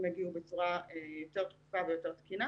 יגיעו בצורה יותר תכופה ויותר תקינה.